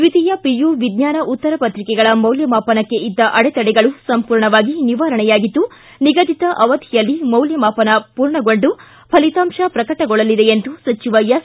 ದ್ವಿತೀಯ ಪಿಯು ವಿಜ್ಞಾನ ಉತ್ತರ ಪತ್ರಿಕೆಗಳ ಮೌಲ್ಯಮಾಪನಕ್ಕೆ ಇದ್ದ ಅಡೆತಡೆಗಳು ಸಂಪೂರ್ಣವಾಗಿ ನಿವಾರಣೆಯಾಗಿದ್ದು ನಿಗದಿತ ಅವಧಿಯಲ್ಲಿ ಮೌಲ್ಯಮಾಪನ ಪೂರ್ಣಗೊಂಡು ಫಲಿತಾಂಶ ಪ್ರಕಟಗೊಳ್ಳಲಿದೆ ಎಂದು ಸಚಿವ ಎಸ್